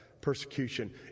persecution